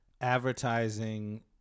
advertising